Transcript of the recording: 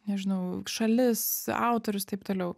nežinau šalis autorius taip toliau